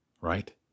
right